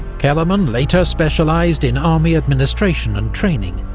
kellermann later specialised in army administration and training,